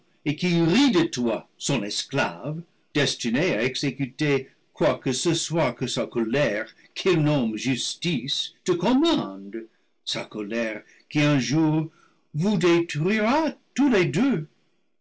et qui rit de toi son esclave destiné à exécuter quoi que ce soit que sa colère qu'il nomme justice te commande sa colère qui un jour vous détruira tous les deux